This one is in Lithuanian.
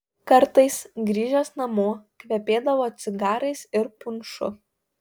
kartais grįžęs namo kvepėdavo cigarais ir punšu